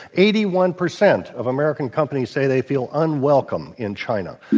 eighty one percent of american companies say they feel unwelcome in china.